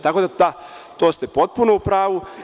Tako da, to ste potpuno u pravu.